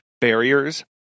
barriers